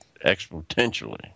exponentially